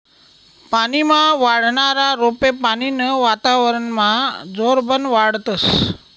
पानीमा वाढनारा रोपे पानीनं वातावरनमा जोरबन वाढतस